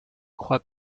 croit